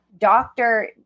doctor